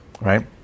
right